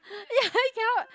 ya I cannot